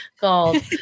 called